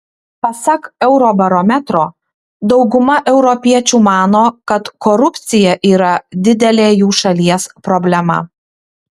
pasak eurobarometro dauguma europiečių mano kad korupcija yra didelė jų šalies problema